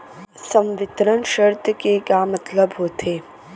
संवितरण शर्त के का मतलब होथे?